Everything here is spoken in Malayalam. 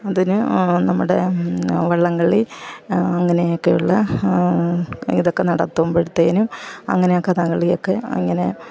അതിന് നമ്മുടെ വള്ളംകളി അങ്ങനെയൊക്കെയുള്ള ഇതൊക്കെ നടത്തുമ്പഴത്തേനും അങ്ങനെയൊക്കെ കളിയൊക്കെ അങ്ങനെ